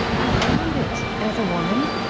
i found it, as a woman,